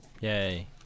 Yay